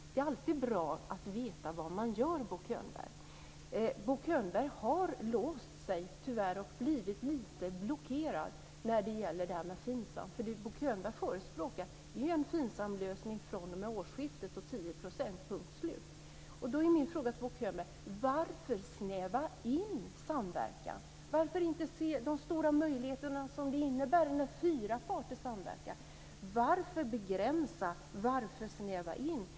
Det är alltid bra att veta vad man gör, Bo Bo Könberg har låst sig, tyvärr, och blivit lite blockerad när det gäller Finsam. Det Bo Könberg förespråkar är en Finsamlösning fr.o.m. årsskiftet och Då är min fråga till Bo Könberg: Varför snäva in samverkan? Varför inte se de stora möjligheter som det innebär när fyra parter samverkar? Varför begränsa? Varför snäva in?